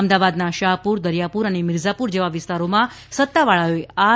અમદાવાદના શાહપુર દરિયાપુર અને મીરઝાપુર જેવા વિસ્તારોમાં સત્તાવાળાઓએ આર